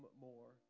more